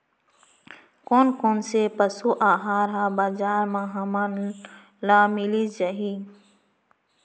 कोन कोन से पसु आहार ह बजार म हमन ल मिलिस जाही?